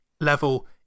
level